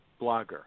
blogger